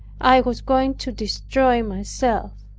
i was going to destroy myself.